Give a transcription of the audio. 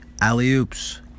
Alley-oops